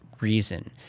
reason